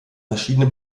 verschiedene